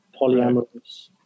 polyamorous